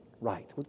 right